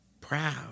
proud